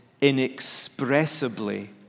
inexpressibly